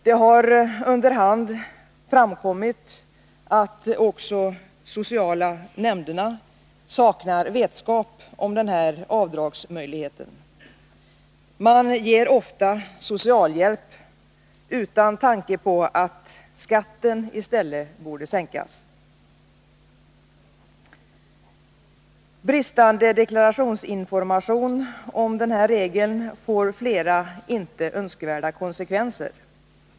Det har under hand framkommit att också de sociala nämnderna saknar vetskap om denna avdragsmöjlighet. Man ger ofta socialhjälp utan tanke på att skatten i stället borde sänkas. Bristande deklarationsinformation om denna regel får flera inte önskvärda konsekvenser.